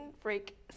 freak